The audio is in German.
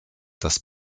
das